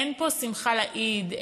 אין פה שמחה לאיד,